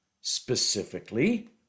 Specifically